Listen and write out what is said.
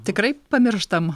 tikrai pamirštam